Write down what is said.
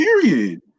Period